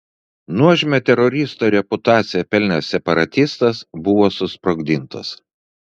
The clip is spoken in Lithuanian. nuožmią teroristo reputaciją pelnęs separatistas buvo susprogdintas